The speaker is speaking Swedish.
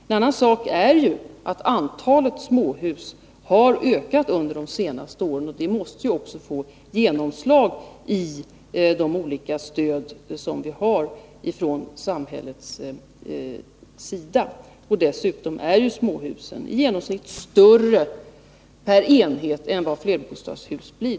En annan sak är att antalet småhus har ökat under de senaste åren och att det då också måste få genomslag i de olika former av stöd från samhällets sida som vi har. Dessutom är småhusen i genomsnitt större per enhet än flerbostadshusen.